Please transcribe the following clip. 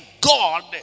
god